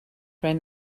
ran